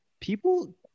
people